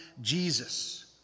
Jesus